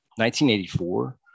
1984